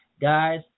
Guys